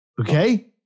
Okay